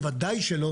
בוודאי שלא,